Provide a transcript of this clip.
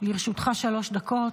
לרשותך שלוש דקות.